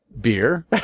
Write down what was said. beer